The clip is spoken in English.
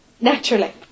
naturally